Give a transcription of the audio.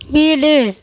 வீடு